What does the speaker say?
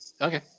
Okay